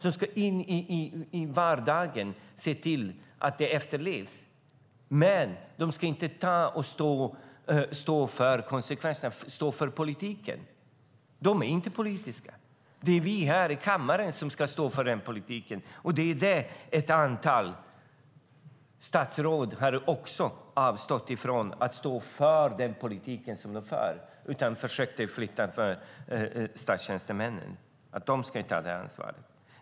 De ska se till att besluten efterlevs i vardagen, men de ska inte stå för politiken. De är inte politiska. Det är vi här i kammaren som ska stå för den politiken. Ett antal statsråd har avstått från att stå för politiken, och de försöker i stället flytta den till statstjänstemännen och tycker att de ska ta ansvar.